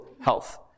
health